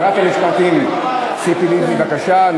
נעבור להצבעה השנייה.